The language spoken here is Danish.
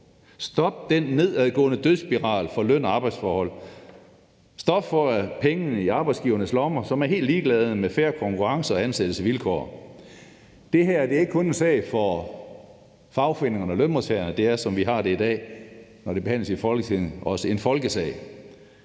Stop den nedadgående dødsspiral for løn- og arbejdsforhold! Stop med at putte pengene i arbejdsgivernes lommer! For de er helt ligeglade med fair konkurrence og ansættelsesvilkår. Det her ikke kun en sag for arbejdsgiverne og lønmodtagerne; det er sådan i dag, at når det behandles i Folketinget, er det også en folkesag.